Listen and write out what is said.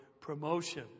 promotion